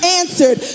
answered